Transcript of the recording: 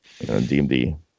DMD